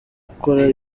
gukora